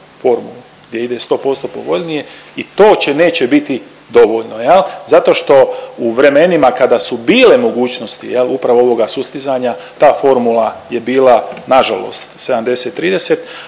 gdje ide sto posto povoljnije i to neće biti dovoljno zato što u vremenima kada su bile mogućnosti upravo ovoga sustizanja ta formula je bila na žalost 70:30,